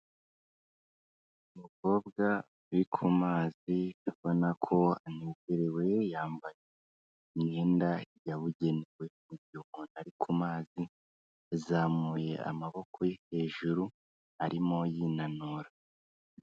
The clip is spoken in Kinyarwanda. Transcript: Umukobwa uri ku mazi abona ko anezerewe, yambaye imyenda yabugenewe mu gihe umuntu ari ku mazi. Yazamuye amaboko ye hejuru arimo yinanura.